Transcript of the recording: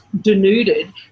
denuded